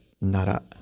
Nara